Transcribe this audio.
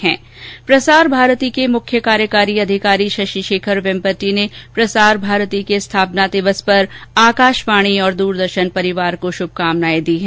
प्रसार भारती के मुख्य कार्यकारी अधिकारी शशि शेखर वेम्पटि ने प्रसार भारती के स्थापना दिवस पर आकाशवाणी और दूरदर्शन परिवार को शुभकामनाए दी हैं